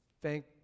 Thank